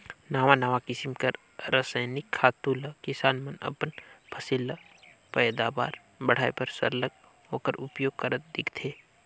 नावा नावा किसिम कर रसइनिक खातू ल किसान मन अपन फसिल कर पएदावार बढ़ाए बर सरलग ओकर उपियोग करत दिखथें